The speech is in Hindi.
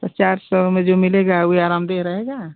तो चार सौ में जो मिलेगा वे आरामदेह रहेगा